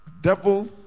devil